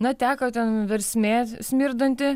na teka ten versmė smirdanti